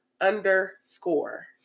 underscore